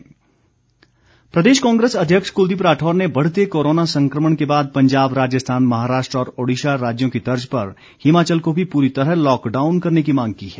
कांग्रेस प्रदेश कांग्रेस अध्यक्ष क्लदीप राठौर ने बढ़ते कोरोना संक्रमण के बाद पंजाब राजस्थान महाराष्ट्र और ओडिशा राज्यों की तर्ज पर हिमाचल को भी पूरी तरह लॉक डाउन करने की मांग की है